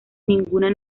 ninguna